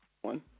one